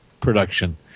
production